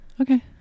Okay